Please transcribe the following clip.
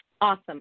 Awesome